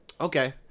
Okay